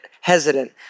hesitant